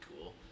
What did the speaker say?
cool